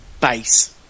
base